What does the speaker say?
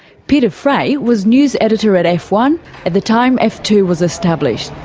peter fray was news editor at f one at the time f two was established.